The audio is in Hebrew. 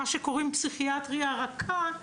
מה שקוראים פסיכיאטריה רכה,